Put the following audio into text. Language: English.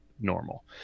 normal